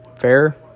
Fair